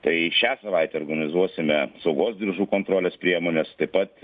tai šią savaitę organizuosime saugos diržų kontrolės priemones taip pat